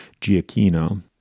Giacchino